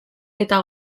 eta